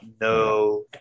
No